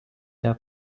der